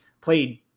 played